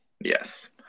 Yes